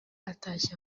atashye